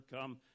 come